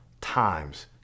times